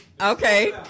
okay